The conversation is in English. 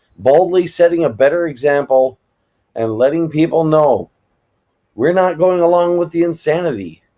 boldly setting a better example and letting people know we're not going along with the insanity.